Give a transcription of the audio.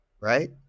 right